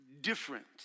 different